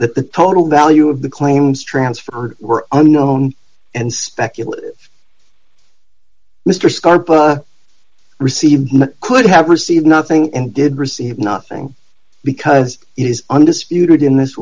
that the total value of the claims transferred were unknown and speculate mr scarpa received could have received nothing and did receive nothing because it is undisputed in this